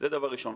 זה דבר ראשון.